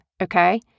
okay